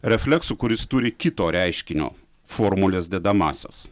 refleksu kuris turi kito reiškinio formulės dedamąsias